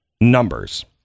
numbers